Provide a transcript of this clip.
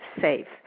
safe